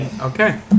Okay